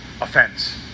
offense